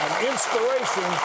inspiration